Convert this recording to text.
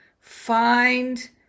find